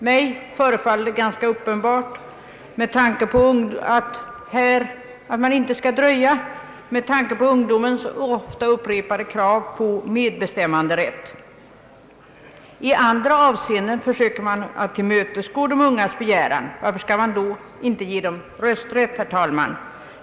Mig förefaller det med tanke på ungdomens ofta upprepade krav på medbestämmanderätt ganska uppenbart att man inte skall dröja. I andra avseenden försöker man tillmötesgå de ungas begäran, varför skall man då inte ge dem rösträtt, herr talman?